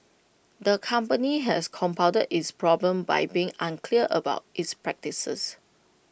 the company has compounded its problems by being unclear about its practices